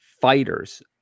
fighters